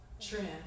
trend